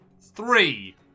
Three